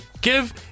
Give